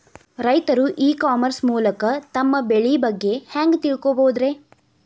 ರೈತರು e commerce ಮೂಲಕ ತಮ್ಮ ಬೆಳಿ ಬಗ್ಗೆ ಹ್ಯಾಂಗ ತಿಳ್ಕೊಬಹುದ್ರೇ?